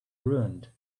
ruined